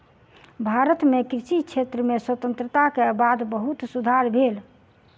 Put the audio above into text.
भारत मे कृषि क्षेत्र में स्वतंत्रता के बाद बहुत सुधार भेल